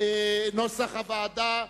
נוסח הוועדה.